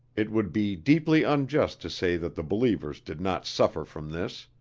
it would be deeply unjust to say that the believers did not suffer from this.